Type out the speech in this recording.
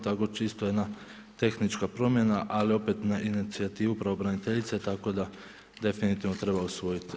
Tako čisto jedna tehnička promjena, ali opet na inicijativu Pravobraniteljice, tako da definitivno treba usvojiti.